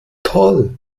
toll